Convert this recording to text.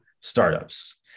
startups